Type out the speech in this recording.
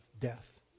death